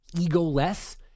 ego-less